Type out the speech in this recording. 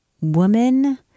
woman